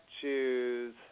choose